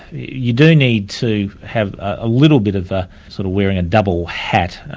you do need to have a little bit of a sort of wearing a double hat,